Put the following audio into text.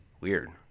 weird